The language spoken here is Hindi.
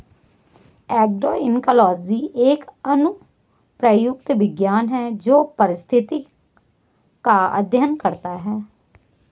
एग्रोइकोलॉजी एक अनुप्रयुक्त विज्ञान है जो पारिस्थितिक का अध्ययन करता है